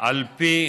על פי,